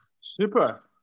Super